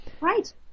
Right